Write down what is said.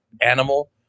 animal